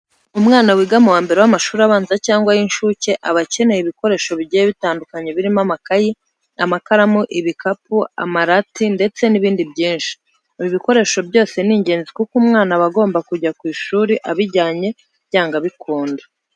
Umwana wiga mu wa mbere w'amashuri abanza cyangwa ay'inshuke aba akeneye ibikoresho bigiye bitandukanye birimo amakayi, amakaramu, ibikapu, amarati ndetse n'ibindi byinshi. Ibi bikoresho byose ni ingenzi kuko umwana aba agomba kujya ku ishuri abijyanye byanga byakunda.